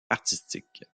artistique